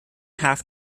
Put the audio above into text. half